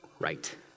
right